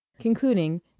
concluding